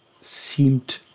seemed